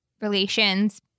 relations